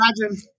imagine